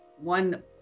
one